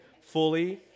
fully